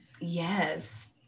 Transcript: Yes